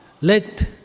Let